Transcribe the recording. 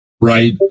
right